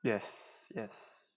yes yes